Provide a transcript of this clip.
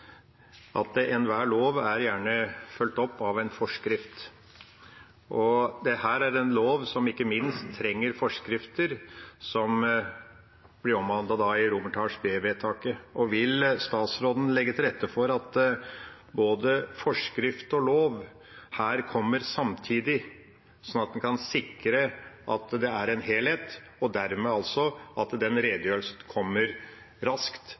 at enhver lov gjerne er fulgt opp av en forskrift. Dette er en lov som ikke minst trenger forskrifter, som blir omhandlet i romertallsvedtak under B. Vil statsråden legge til rette for at både forskrift og lov her kommer samtidig, sånn at vi kan sikre at det er en helhet, og dermed også at redegjørelsen kommer raskt,